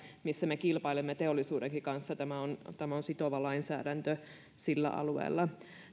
jossa me kilpailemme teollisuudenkin kanssa tämä on tämä on sitova lainsäädäntö sillä alueella